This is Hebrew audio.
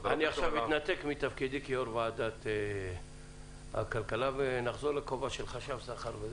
אני אתנתק מתפקידי כיושב-ראש ועדת כלכלה ואחזור לכובע של חשב שכר.